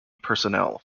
personnel